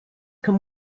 can